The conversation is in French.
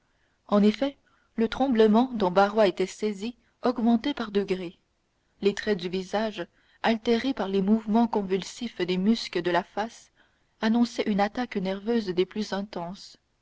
en effet le tremblement dont barrois était saisi augmentait par degrés les traits du visage altérés par les mouvements convulsifs des muscles de la face annonçaient une attaque nerveuse des plus intenses